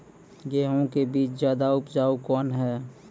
गेहूँ के बीज ज्यादा उपजाऊ कौन है?